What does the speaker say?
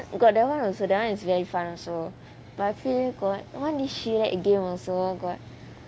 ya got that [one] also that [one] is very fun also but I feel got [one] is shoe rack game also got